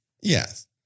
yes